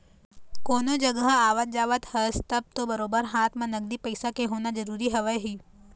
कोनो जघा आवत जावत हस तब तो बरोबर हाथ म नगदी पइसा के होना जरुरी हवय ही